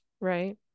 Right